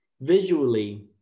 visually